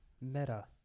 meta